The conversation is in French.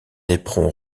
éperon